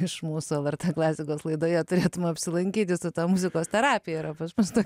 iš mūsų lrt klasikos laidoje turėtumei apsilankyti su ta muzikos terapija yra paprasta